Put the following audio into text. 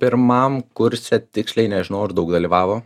pirmam kurse tiksliai nežinau ar daug dalyvavo